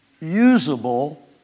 usable